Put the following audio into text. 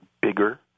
bigger